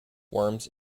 worms